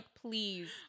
please